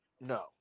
No